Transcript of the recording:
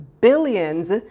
billions